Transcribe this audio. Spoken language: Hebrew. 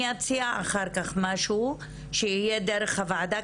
אני אציע אחר-כך משהו שיהיה דרך הוועדה,